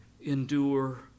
endure